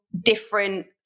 different